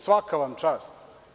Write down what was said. Svaka vam čast.